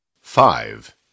Five